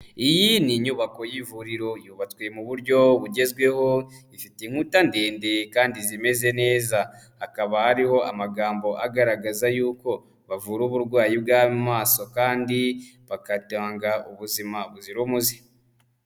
Iyi ni inyubako y'ivuriro yubatswe mu buryo bugezweho, ifite inkuta ndende kandi zimeze neza, hakaba hariho amagambo agaragaza yuko bavura uburwayi bw'amaso kandi bagatanga ubuzima buzira umuze.